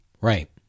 Right